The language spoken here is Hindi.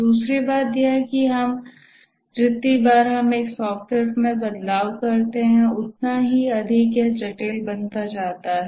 दूसरी बात यह है कि जितनी बार हम एक सॉफ्टवेयर में बदलाव करते हैं उतना ही अधिक यह जटिलता बन जाता है